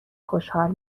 خوشحال